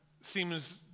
seems